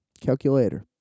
Calculator